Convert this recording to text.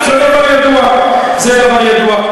זה לא ידוע, זה כבר ידוע.